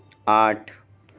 आठ